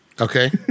Okay